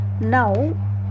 now